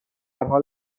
حال